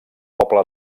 poble